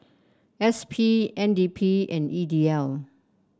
S P N D P and E D L